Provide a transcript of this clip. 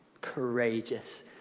Courageous